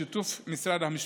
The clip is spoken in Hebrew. בשיתוף משרד המשפטים,